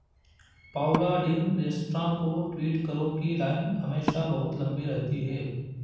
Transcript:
Paula Dean restaurant को tweet करो कि लाइन हमेशा बहुत लंबी रहती है